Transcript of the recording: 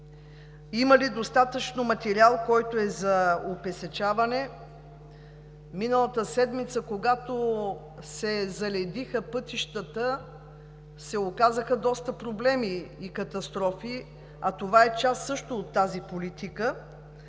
Има ли достатъчно материал за опесъчаване? Миналата седмица, когато се заледиха пътищата, се оказаха доста проблеми и катастрофи, а това е част също от тази политика.